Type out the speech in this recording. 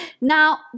now